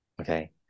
okay